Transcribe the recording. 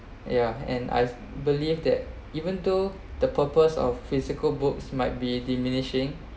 ya and I believe that even though the purpose of physical books might be diminishing